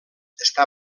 està